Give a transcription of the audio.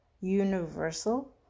universal